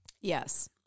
Yes